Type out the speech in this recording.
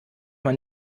man